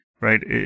right